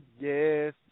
Yes